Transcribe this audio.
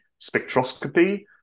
spectroscopy